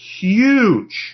huge